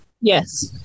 Yes